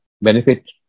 benefit